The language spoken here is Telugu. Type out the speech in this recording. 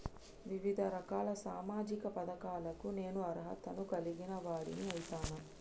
వివిధ రకాల సామాజిక పథకాలకు నేను అర్హత ను కలిగిన వాడిని అయితనా?